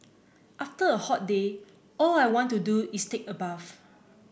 after a hot day all I want to do is take a bath